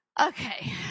Okay